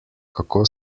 kako